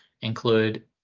include